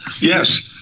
Yes